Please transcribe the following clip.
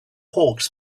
hawks